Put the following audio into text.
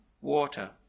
water